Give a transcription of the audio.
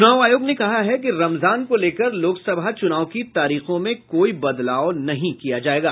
चुनाव आयोग ने कहा है कि रमजान को लेकर लोकसभा चुनाव की तारीखों में कोई बदलाव नहीं किया जायेगा